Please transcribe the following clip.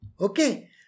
Okay